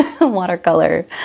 watercolor